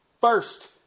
first